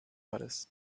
horas